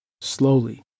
Slowly